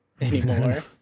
anymore